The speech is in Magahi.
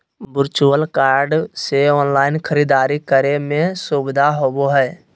वर्चुअल कार्ड से ऑनलाइन खरीदारी करे में सुबधा होबो हइ